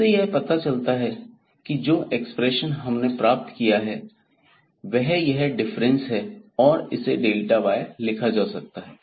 इससे यह पता चलता है कि जो ऍक्सप्रैशन हमने प्राप्त किया है वह यह डिफरेंस है और इसे y लिखा जा सकता है